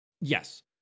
yes